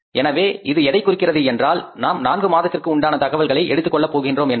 எனவே இது எதைக் குறிக்கிறது என்றால் நாம் நான்கு மாதத்திற்கு உண்டான தகவல்களை எடுத்துக் கொள்ளப்போகின்றோம் என்பதை